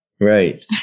right